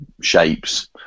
shapes